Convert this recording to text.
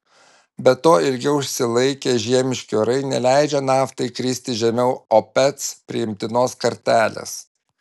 be to ilgiau užsilaikę žiemiški orai neleidžia naftai kristi žemiau opec priimtinos kartelės